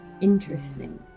Interesting